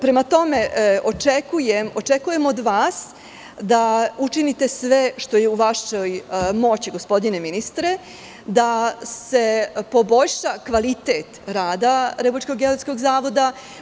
Prema tome, očekujemo od vas da učinite sve što je u vašoj moći, gospodine ministre, da se poboljša kvalitet rada Republičkog geodetskog zavoda.